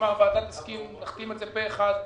אם הוועדה תסכים נחתים על זה פה אחד,